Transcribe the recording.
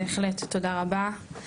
בהחלט, תודה רבה.